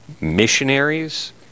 missionaries